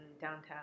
downtown